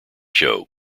show